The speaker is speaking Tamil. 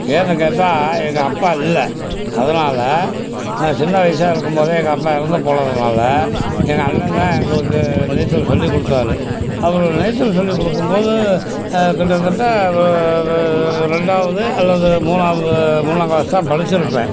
ஏன்னெனு கேட்டால் எங்கள் அப்பா இல்லை அதனால நான் சின்ன வயசாக இருக்கும்போதே எங்கள் அப்பா இறந்து போனதுனால் எங்கள் அண்ணன் தான் எங்களுக்கு நீச்சல் சொல்லிக் கொடுத்தாரு அவர் நீச்சல் சொல்லிக் கொடுக்கும்போது கிட்டத்தட்ட ஒரு ரெண்டாவது அல்லது மூணாவது மூணாம் க்ளாஸு தான் படிச்சுருப்பேன்